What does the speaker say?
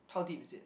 how deep is it